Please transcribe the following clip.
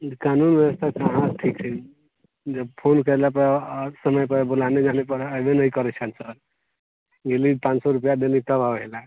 कानून बेबस्था कहाँ ठीक छै जब फोन कएलापर आओर समयपर बुलाने जानेपर अइबे नहि करै छनि सर डेली पान सओ रुपैआ देली तब आबैलए